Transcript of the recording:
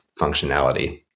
functionality